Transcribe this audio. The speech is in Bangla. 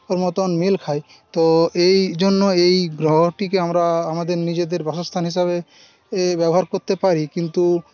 ওর মতন মিল খায় তো এই জন্য এই গ্রহটিকে আমরা আমাদের নিজেদের বাসস্থান হিসাবে এ ব্যবহার করতে পারি কিন্তু